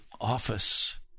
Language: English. office